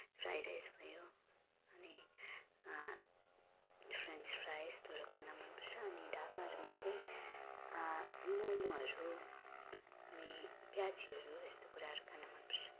fried rice भयो अनि French fries यस्तोहरू खान मनपर्छ अनि ढाबाहरूमा चाहिँ मोमोहरू अनि प्याजीहरू यस्तो कुराहरू खान मनपर्छ